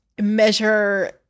measure